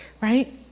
right